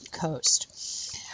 coast